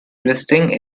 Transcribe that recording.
twisting